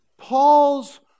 Paul's